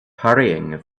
hurrying